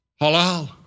halal